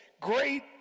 great